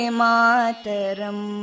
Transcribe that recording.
mataram